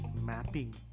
mapping